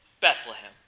Bethlehem